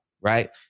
right